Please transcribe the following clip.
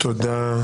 תודה.